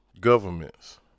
governments